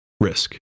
risk